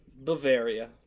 Bavaria